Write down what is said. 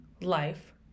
life